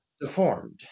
deformed